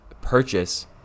purchase